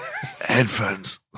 headphones